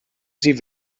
sie